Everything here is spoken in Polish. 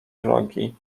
drogi